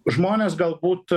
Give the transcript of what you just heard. žmonės galbūt